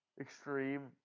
extreme